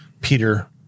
Peter